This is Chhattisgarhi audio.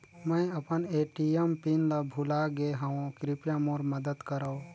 मैं अपन ए.टी.एम पिन ल भुला गे हवों, कृपया मोर मदद करव